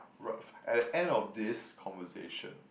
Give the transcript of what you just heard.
right at the end of this conversation